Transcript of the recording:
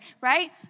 right